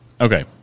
Okay